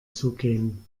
zugehen